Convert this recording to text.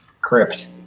crypt